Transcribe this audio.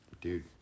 Dude